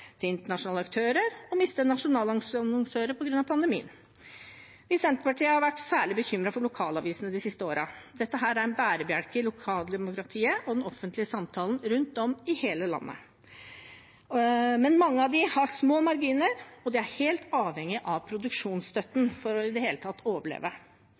til internasjonale aktører og mister nasjonale annonsører på grunn av pandemien. Vi i Senterpartiet har vært særlig bekymret for lokalavisene de siste årene. De er en bærebjelke i lokaldemokratiet og den offentlige samtalen rundt om i hele landet, men mange av dem har små marginer og er helt avhengige av produksjonsstøtten for i det hele tatt å overleve.